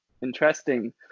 Interesting